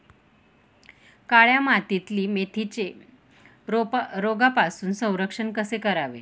काळ्या मातीतील मेथीचे रोगापासून संरक्षण कसे करावे?